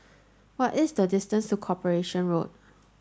what is the distance to Corporation Road